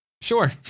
Sure